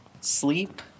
sleep